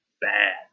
bad